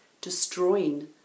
destroying